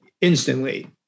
instantly